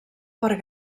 per